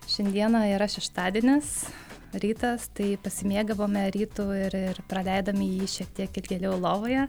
šiandieną yra šeštadienis rytas tai pasimėgavome rytu ir ir praleidome jį šiek tiek ilgėliau lovoje